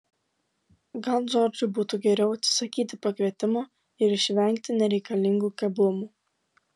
gal džordžui būtų geriau atsisakyti pakvietimo ir išvengti nereikalingų keblumų